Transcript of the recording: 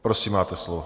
Prosím, máte slovo.